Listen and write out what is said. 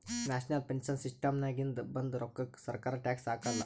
national pension ಸಿಸ್ಟಮ್ನಾಗಿಂದ ಬಂದ್ ರೋಕ್ಕಾಕ ಸರ್ಕಾರ ಟ್ಯಾಕ್ಸ್ ಹಾಕಾಲ್